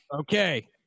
Okay